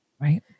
Right